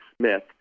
Smith